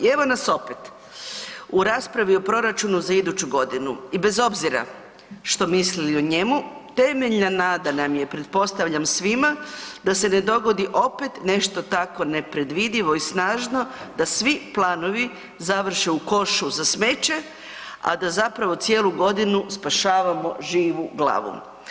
I evo nas opet u raspravi o proračunu za iduću godinu i bez obzira što mislili o njemu temeljna nada nam je pretpostavljam svima, da se ne dogodi opet nešto tako nepredvidivo i snažno da svi planovi završe u košu za smeće, a da cijelu godinu spašavamo živu glavu.